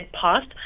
passed